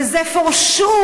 וזה for sure,